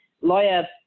lawyer